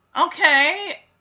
okay